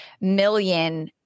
million